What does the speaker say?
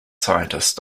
scientist